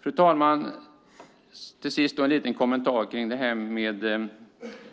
Fru talman! Till sist vill jag göra en liten kommentar till detta med ett